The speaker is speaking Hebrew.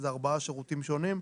זה ארבעה שירותים שונים.